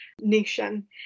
nation